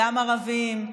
גם ערבים,